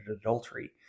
adultery